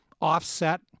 offset